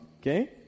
okay